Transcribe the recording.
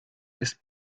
ist